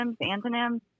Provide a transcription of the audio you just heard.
antonyms